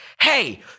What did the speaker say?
hey